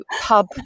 pub